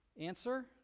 Answer